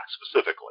specifically